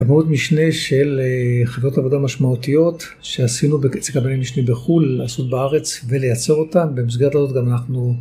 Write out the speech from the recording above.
חברות משנה של חברות עבודה משמעותיות שעשינו בחצי קבלני משנה בחול לעשות בארץ ולייצר אותן במסגרת הזאת גם אנחנו